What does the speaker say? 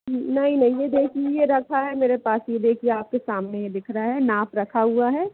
नहीं नहीं ये देखिए ये रखा है मेरे पास ये देखिए आपके सामने ये दिख रहा है नाप रखा हुआ है